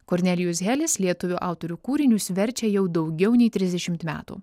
kornelijus helis lietuvių autorių kūrinius verčia jau daugiau nei trisdešimt metų